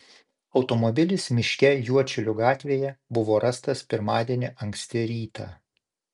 automobilis miške juodšilių gatvėje buvo rastas pirmadienį anksti rytą